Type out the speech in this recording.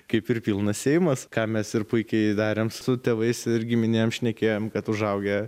kaip ir pilnas seimas ką mes ir puikiai darėm su tėvais ir giminėm šnekėjom kad užaugę